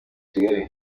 kigali